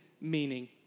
meaning